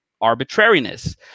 arbitrariness